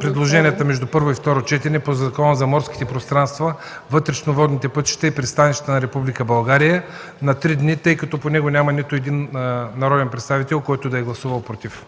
предложения между първо и второ четене по Закона за морските пространства, вътрешните водни пътища и пристанищата на Република България на три дни, тъй като по него няма нито един народен представител, който да е гласувал „против”.